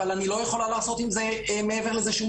אבל אני לא יכולה לעשות עם זה שום דבר מעבר לזה.